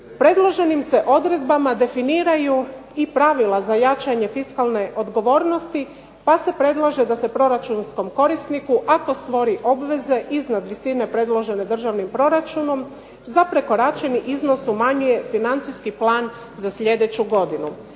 Predloženim se odredbama definiraju i pravila za jačanje fiskalne odgovornosti pa se predlaže da se proračunskom korisniku, ako stvori obveze iznad visine predložene državnim proračunom, za prekoračeni iznos umanjuje financijski plan za sljedeću godinu.